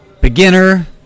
beginner